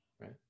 right